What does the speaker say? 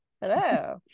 hello